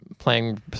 playing